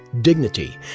dignity